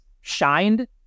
shined